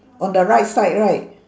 on the right side right